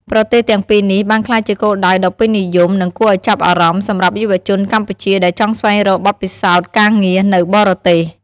ប្រទេសទាំងពីរនេះបានក្លាយជាគោលដៅដ៏ពេញនិយម និងគួរឱ្យចាប់អារម្មណ៍សម្រាប់យុវជនកម្ពុជាដែលចង់ស្វែងរកបទពិសោធន៍ការងារនៅបរទេស ។